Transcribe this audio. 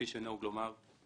כפי שנהוג לומר,